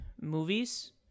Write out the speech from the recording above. movies